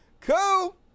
cool